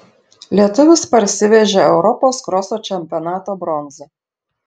lietuvis parsivežė europos kroso čempionato bronzą